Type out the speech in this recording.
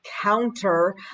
counter